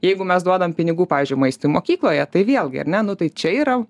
jeigu mes duodam pinigų pavyzdžiui maistui mokykloje tai vėlgi ar ne nu tai čia yra